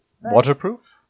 Waterproof